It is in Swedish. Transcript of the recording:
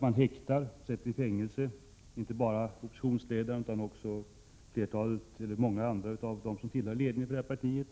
Man häktar och sätter i fängelse inte bara oppositionsledaren utan många andra av dem som tillhör ledningen för detta parti.